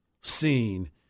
seen